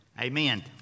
Amen